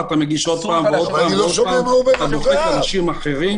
ואתה מגיש עוד פעם ועוד פעם --- אנשים אחרים